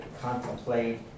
contemplate